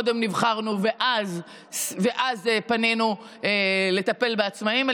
שקודם נבחרנו ואז פנינו לטפל בעצמאים,